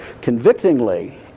convictingly